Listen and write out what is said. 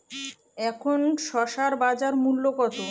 এখন শসার বাজার মূল্য কত?